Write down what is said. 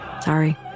Sorry